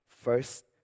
First